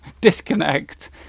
disconnect